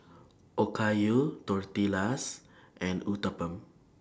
Okayu Tortillas and Uthapam